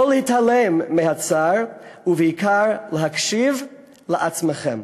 לא להתעלם מהצער, ובעיקר להקשיב לעצמכם.